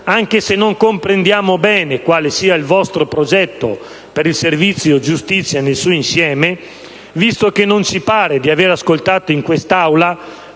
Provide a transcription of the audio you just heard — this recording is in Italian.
anche se non comprendiamo bene quale sia il vostro progetto per il servizio giustizia nel suo insieme, visto che non ci pare di aver ascoltato in quest'Aula